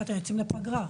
אתם יוצאים לפגרה.